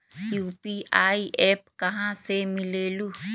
UPI app कहा से मिलेलु?